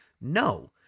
No